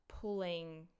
pulling